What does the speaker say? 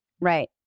Right